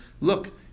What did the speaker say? look